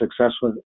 successful